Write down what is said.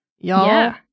y'all